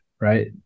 right